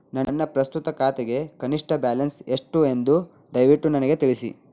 ನನ್ನ ಪ್ರಸ್ತುತ ಖಾತೆಗೆ ಕನಿಷ್ಟ ಬ್ಯಾಲೆನ್ಸ್ ಎಷ್ಟು ಎಂದು ದಯವಿಟ್ಟು ನನಗೆ ತಿಳಿಸಿ